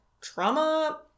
trauma